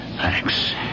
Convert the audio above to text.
Thanks